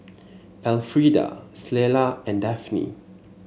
Elfrieda Clella and Daphne